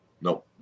No